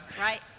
Right